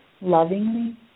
lovingly